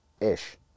ish